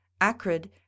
acrid